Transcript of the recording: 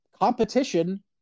Competition